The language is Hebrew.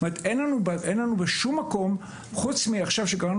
זאת אומרת, אין לנו בשום מקום חוץ מעכשיו שקראנו